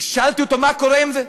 וכששאלתי אותו: מה קורה עם זה?